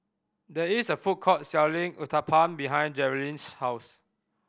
there is a food court selling Uthapam behind Geralyn's house